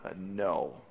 No